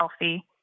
healthy